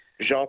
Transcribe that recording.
Jean